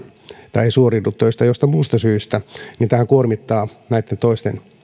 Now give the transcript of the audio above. tai ei suoriudu töistään jostain muista syistä tämähän kuormittaa näitten toisten